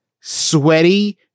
sweaty